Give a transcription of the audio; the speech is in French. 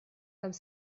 comme